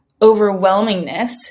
overwhelmingness